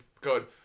Good